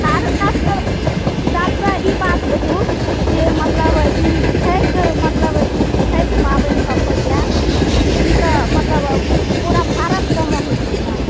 आओर सभसँ सभसँ ई बात बुझू जे मतलब ई छठि मतलब ई जे छठि पाबनि सभ होइए तऽ ई तऽ मतलब पूरा भारत सभमे होइ छै ने